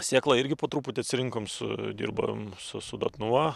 sėklą irgi po truputį atsirinkom su dirbam su su dotnuva